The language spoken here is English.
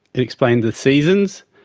it explained the seasons,